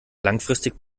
langfristig